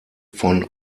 von